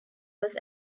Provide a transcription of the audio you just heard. was